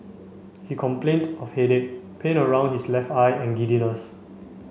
he complained of headache pain around his left eye and giddiness